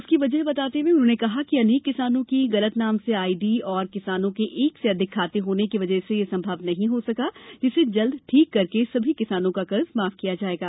उसकी वजह बताते हुए उन्होंने कहा कि अनेक किसानों की गलत नाम से आईडी तथा किसानों के एक से अधिक खाते होने की वजह से यह संभव नहीं हो सका जिसे जल्द ठीक करके सभी किसानों का कर्ज माफ किया जाएगा